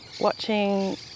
watching